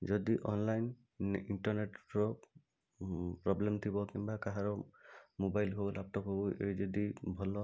ଯଦି ଅନଲାଇନ୍ ଇଣ୍ଟରନେଟ୍ର ପ୍ରୋବ୍ଲେମ୍ ଥିବ କିମ୍ବା କାହାର ମୋବାଇଲ ହଉ ବା ଲ୍ୟାପଟପ୍ ହଉ ଏ ଯଦି ଭଲ